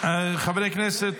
חברי הכנסת,